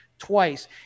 twice